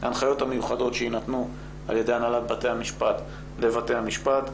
ההנחיות המיוחדות שיינתנו על-ידי הנהלת בתי המשפט בבתי המשפט,